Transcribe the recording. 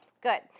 Good